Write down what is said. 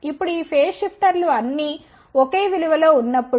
ఇప్పుడు ఈ ఫేజ్ షిఫ్టర్లు అన్నీ ఒకే విలువ లో ఉన్నప్పుడు